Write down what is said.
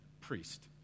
priest